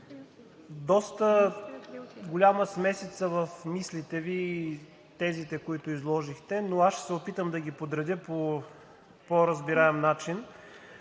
доста голяма смесица в мислите Ви и тезите, които изложихте, но аз ще се опитам да ги подредя по по-разбираем начин.